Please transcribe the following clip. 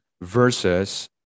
versus